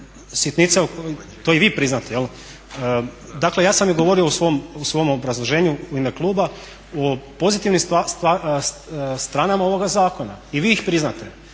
sitnice, to i vi priznate jel? Dakle ja sam i govorio u svom obrazloženju u ime kluba o pozitivnim stranama ovoga zakona i vi ih priznate.